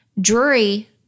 Drury